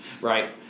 right